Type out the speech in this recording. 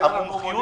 איך אנחנו כאן